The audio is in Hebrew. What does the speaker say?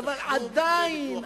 אבל עדיין,